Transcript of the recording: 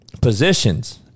positions